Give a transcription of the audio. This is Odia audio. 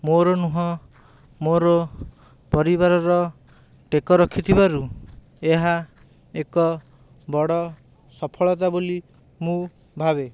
ମୋର ନୁହଁ ମୋର ପରିବାରର ଟେକ ରଖିଥିବାରୁ ଏହା ଏକ ବଡ଼ ସଫଳତା ବୋଲି ମୁଁ ଭାବେ